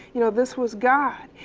you know, this was god.